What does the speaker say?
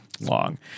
Long